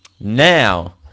Now